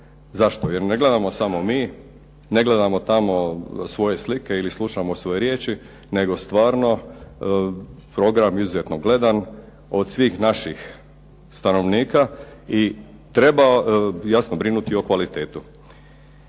Zašto? Jer ne gledamo samo mi, ne gledamo tamo svoje slike ili slušamo svoje riječi nego stvarno program izuzetno gledan od svih naših stanovnika i treba jasno brinuti o kvalitetu.